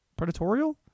Predatorial